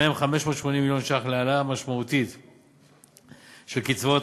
מהם 580 מיליון להעלאה משמעותית של קצבאות